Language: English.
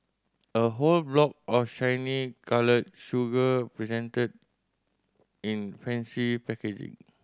a whole block of shiny coloured sugar presented in fancy packaging